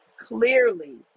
clearly